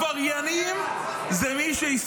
אתה מגן על עבריינים, הוא גנב את זה ממחשב צה"ל.